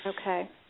Okay